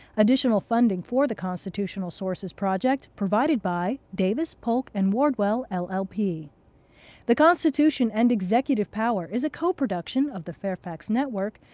additional funding for the constitutional sources project provided by davis polk and wardwell, ah llp. the constitution and executive power is a coproduction of the fairfax network,